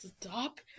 Stop